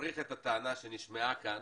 שתפריך את הטענה שנשמעה כאן,